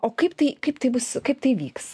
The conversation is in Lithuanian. o kaip tai kaip tai bus kaip tai vyks